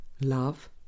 Love